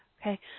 okay